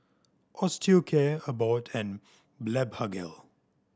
Osteocare Abbott and Blephagel